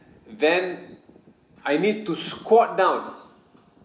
then I need to squat down